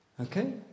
Okay